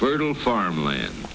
fertile farmland